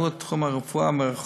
יקדמו את תחום הרפואה מרחוק